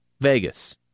Vegas